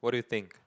what do you think